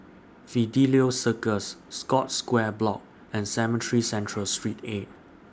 Fidelio Circus Scotts Square Block and Cemetry Central Street eight